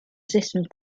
systems